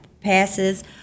passes